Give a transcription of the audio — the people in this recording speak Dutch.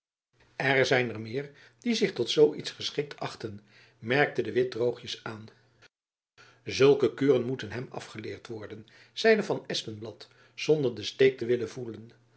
er zijn er meer die zich tot zoo iets geschikt achten merkte de witt droogjens aan zulke kuren moeten hem afgeleerd worden zeide van espenblad zonder den steek te willen voelen